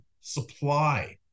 supply